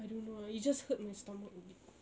I don't know ah it just hurt my stomach a bit